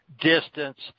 distanced